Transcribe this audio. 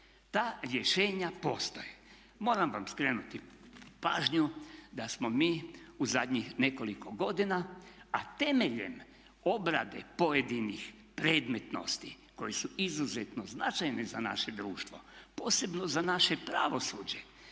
Ta rješenja postoje. Moram vam skrenuti pažnju da smo mi u zadnjih nekoliko godina, a temeljem obrade pojedinih predmetnosti koje su izuzetno značajne za naše društvo posebno za naše pravosuđe